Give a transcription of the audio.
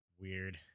Weird